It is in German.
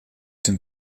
den